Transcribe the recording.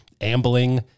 ambling